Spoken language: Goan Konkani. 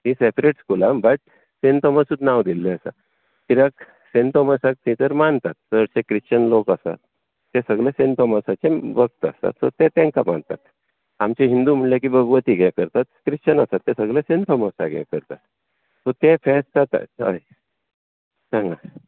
हीं सॅपरेट स्कुलां बट सेंट थॉमसूच नांव दिल्लें आसा कित्याक सेंट थॉमसाक थंयसर मानतात चडशे क्रिश्चन लोक आसात ते सगले सेंट थॉमसाचे भक्त आसात सो ते तांकां मानतात आमचे हिंदू म्हळ्ळें की भगवतीक हें करतात क्रिश्चन आसा ते सगले सेंट थॉमसाक हें करतात सो तें फेस्त जाता हय सांगा